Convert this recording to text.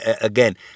again